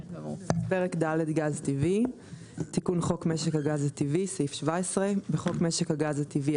תיקון חוק משק הגז הטבעי 17. בחוק משק הגז הטבעי,